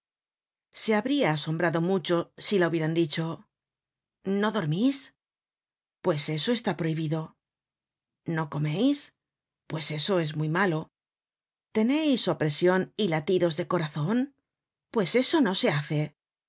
se habria asombrado mucho si la hubieran dicho no dormís pues eso está prohibido no comeis pues eso es muy malo teneis opresion y latidos de corazon pues eso no se hace